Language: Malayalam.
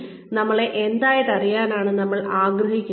നമ്മളുടെ സ്ഥാപനം നമ്മളെ എന്തായിട്ട് അറിയാനാണ് നമ്മൾ ആഗ്രഹിക്കുന്നത്